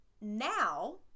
Now